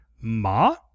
Ma